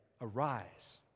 arise